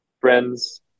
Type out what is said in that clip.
friends